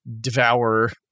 devour